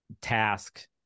task